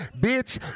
Bitch